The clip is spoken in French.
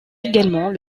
également